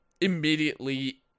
immediately